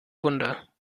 wunder